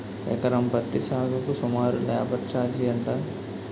ఎకరం పత్తి సాగుకు సుమారు లేబర్ ఛార్జ్ ఎంత?